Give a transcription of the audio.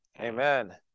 Amen